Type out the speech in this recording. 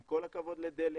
עם כל הכבוד לדלק,